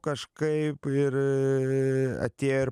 kažkaip ir atėjo ir